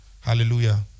Hallelujah